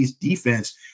defense